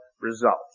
results